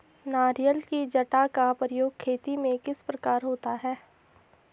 नारियल की जटा का प्रयोग खेती में किस प्रकार होता है?